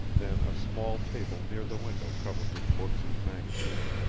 then a small table near the window covered with books and magazines,